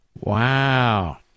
Wow